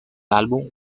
álbum